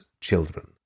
children